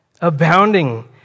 abounding